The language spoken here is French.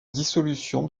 dissolution